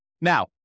Now